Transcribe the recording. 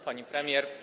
Pani Premier!